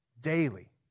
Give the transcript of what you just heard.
daily